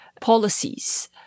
policies